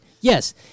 yes